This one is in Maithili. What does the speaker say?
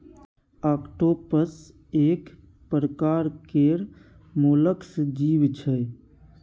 आक्टोपस एक परकार केर मोलस्क जीव छै